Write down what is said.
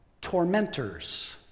tormentors